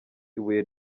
ibuye